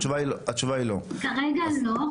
כרגע לא.